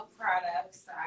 products